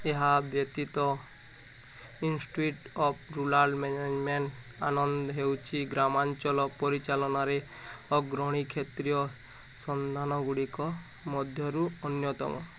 ଏହା ବ୍ୟତୀତ institute of rural management Anand ହେଉଛି ଗ୍ରାମାଞ୍ଚଳ ପରିଚାଳନାରେ ଅଗ୍ରଣୀ କ୍ଷେତ୍ରୀୟ ସନ୍ଧାନଗୁଡ଼ିକ ମଧ୍ୟରୁ ଅନ୍ୟତମ